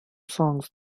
songs